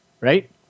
right